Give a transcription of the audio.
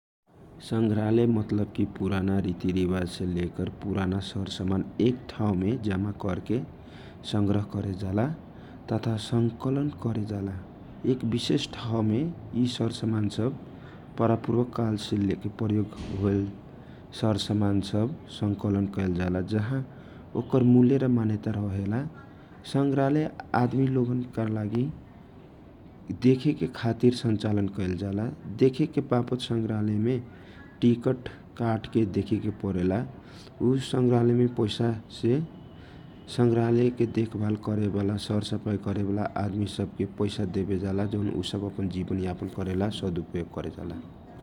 संग्रलय मतलब पुराना रितीरिवाज से लेकर पुराना सरसामान एक ठाउँमे जामा करके संङकलन कैयल जाला एक विशेष ठाउँ यि समान सब परापूर्वक कालसे प्रयोग होयल सामान संकलन कैयल जाला जाहाँ ओकर मुलय र मानयता होवेला संग्रालय आदमी लोगन का लागी देखेके खातीर खोले जाला जाहाँ टीकट परेला एकरा सरसफाई के खातीर आदमी लोगन करेला उ वापत उ सब पैसा पावेला जौन लोग के जिवनयापन करेला सजिलो होवेला।